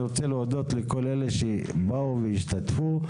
אני רוצה להודות לכל אלה שבאו והשתתפו,